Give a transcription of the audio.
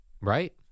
Right